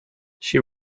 she